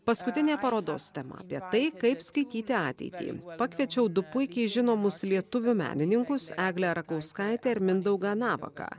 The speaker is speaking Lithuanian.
paskutinė parodos tema apie tai kaip skaityti ateitį pakviečiau du puikiai žinomus lietuvių menininkus eglę rakauskaitę ir mindaugą navaką